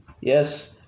Yes